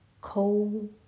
cold